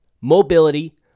mobility